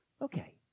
Okay